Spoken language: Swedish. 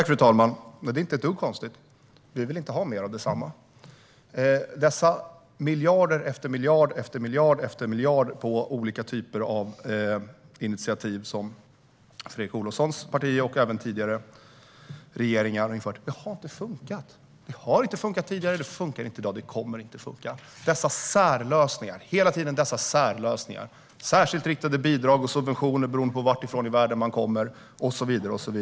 Fru talman! Det är inte ett dugg konstigt - vi vill inte ha mer av detsamma. Dessa miljarder efter miljarder till olika initiativ som Fredrik Olovssons parti och tidigare regeringar har infört har inte funkat. Det har inte funkat tidigare, det funkar inte i dag och det kommer inte att funka. Hela tiden dessa särlösningar - särskilt riktade bidrag och subventioner beroende på varifrån i världen man kommer och så vidare.